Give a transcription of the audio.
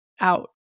out